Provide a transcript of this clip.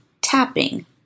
tapping